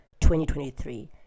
2023